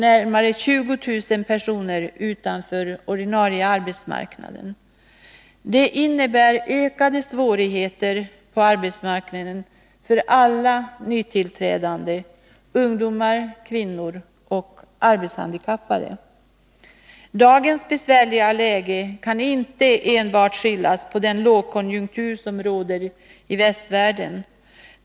Närmare 20 000 personer står utanför ordinarie arbetsmarknad, vilket innebär ökade svårigheter på arbetsmarknaden för alla nytillträdande ungdomar, kvinnor och arbetshandikappade. Dagens besvärliga läge kan inte skyllas enbart på den lågkonjunktur som råder i västvärlden.